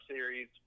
Series